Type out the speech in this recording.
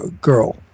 girl